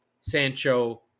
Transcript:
Sancho